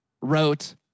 wrote